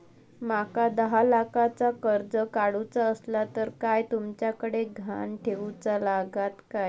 माका दहा लाखाचा कर्ज काढूचा असला तर काय तुमच्याकडे ग्हाण ठेवूचा लागात काय?